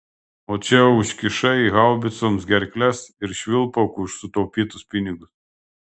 o čia užkišai haubicoms gerkles ir švilpauk už sutaupytus pinigus